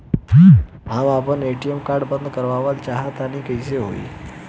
हम आपन ATM card बंद करावल चाह तनि कइसे होई?